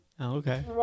okay